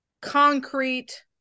concrete